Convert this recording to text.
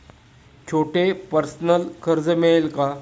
छोटे पर्सनल कर्ज मिळेल का?